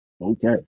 Okay